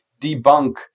debunk